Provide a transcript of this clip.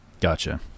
Gotcha